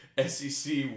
SEC